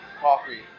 coffee